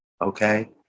Okay